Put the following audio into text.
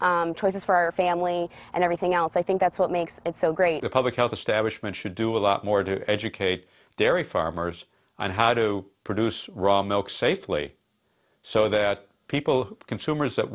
choices for our family and everything else i think that's what makes it so great a public health establishment should do a lot more to educate their e farmers on how to produce raw milk safely so that people consumers that